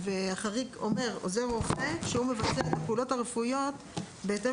החריג אומר: "עוזר רופא כשהוא מבצע פעולות רפואיות בהתאם